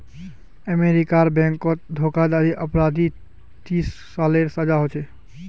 अमेरीकात बैनकोत धोकाधाड़ी अपराधी तीस सालेर सजा होछे